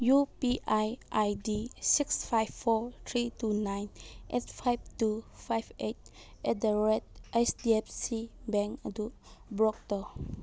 U P I I D six five four three two nine eight five two five eight at the rate H D F C bank ꯑꯗꯨ block ꯇꯧ